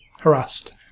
Harassed